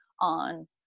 on